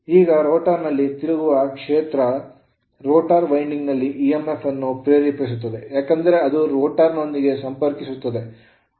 ಈಗ ರೋಟರ್ ನಲ್ಲಿ ತಿರುಗುವ ಕ್ಷೇತ್ರವು ರೋಟರ್ ವೈಂಡಿಂಗ್ ನಲ್ಲಿ emf ಅನ್ನು ಪ್ರೇರೇಪಿಸುತ್ತದೆ ಏಕೆಂದರೆ ಅದು rotor ರೋಟರ್ ನೊಂದಿಗೆ ಸಂಪರ್ಕಿಸುತ್ತದೆ